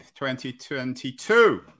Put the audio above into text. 2022